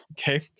Okay